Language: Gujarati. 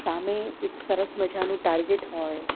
સામે એક સરસ મજાનું ટાર્ગેટ હોય